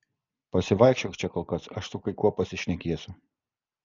pasivaikščiok čia kol kas aš su kai kuo pasišnekėsiu